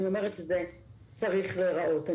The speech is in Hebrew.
אני אומרת שזה צריך להיראות.